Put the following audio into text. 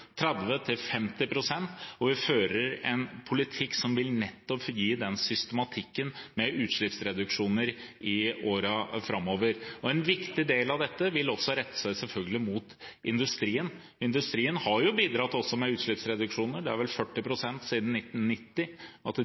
fører en politikk som vil gi systematikk med utslippsreduksjoner i årene framover. En viktig del av dette vil selvfølgelig også rette seg mot industrien. Industrien har bidratt med utslippsreduksjoner. Siden 1990 har den redusert sine utslipp med 40 pst., er det vel,